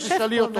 זה תשאלי אותו.